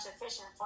efficient